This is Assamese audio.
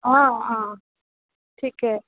অঁ অঁ ঠিকে